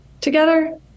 together